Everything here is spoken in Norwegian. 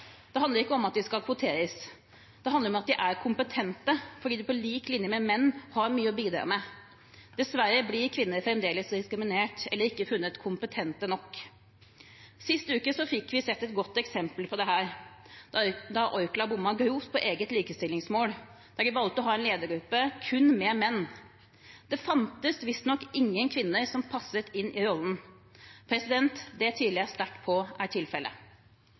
Det handler ikke om at de skal kvoteres, det handler om at de er kompetente fordi de på lik linje med menn har mye å bidra med. Dessverre blir kvinner fremdeles diskriminert eller ikke funnet kompetente nok. Sist uke fikk vi sett et godt eksempel på dette da Orkla bommet grovt på eget likestillingsmål da de valgte å ha en ledergruppe med kun menn. Det fantes visstnok ingen kvinner som passet inn i rollen. Det tviler jeg sterkt på er tilfellet.